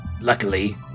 luckily